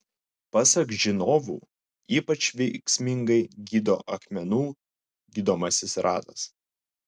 pasak žinovų ypač veiksmingai gydo akmenų gydomasis ratas